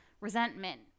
resentment